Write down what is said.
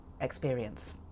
experience